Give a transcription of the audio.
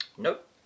Nope